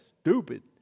stupid